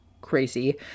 crazy